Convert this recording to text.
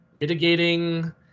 mitigating